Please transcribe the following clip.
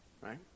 Right